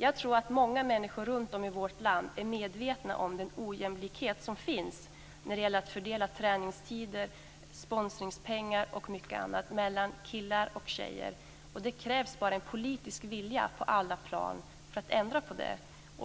Jag tror att många människor runt om i vårt land är medvetna om den ojämlikhet som finns när det gäller att fördela träningstider, sponsringspengar och mycket annat mellan killar och tjejer. Det krävs bara en politisk vilja på alla plan för att ändra på det.